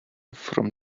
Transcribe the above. from